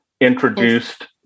introduced